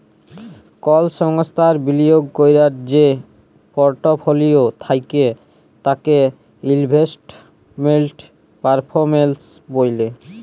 call সংস্থার বিলিয়গ ক্যরার যে পরটফলিও থ্যাকে তাকে ইলভেস্টমেল্ট পারফরম্যালস ব্যলে